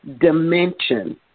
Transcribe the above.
dimension